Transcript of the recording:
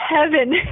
heaven